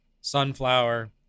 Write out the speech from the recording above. sunflower